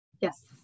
Yes